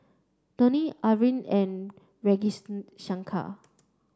Dhoni Arvind and Ragis Shankar